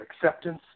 acceptance